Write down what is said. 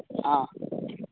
ஆ